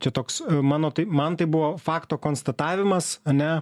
čia toks mano tai man tai buvo fakto konstatavimas ane